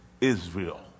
Israel